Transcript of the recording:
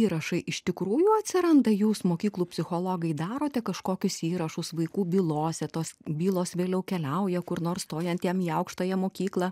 įrašai iš tikrųjų atsiranda jūs mokyklų psichologai darote kažkokius įrašus vaikų bylose tos bylos vėliau keliauja kur nors stojant jam į aukštąją mokyklą